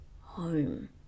home